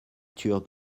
tür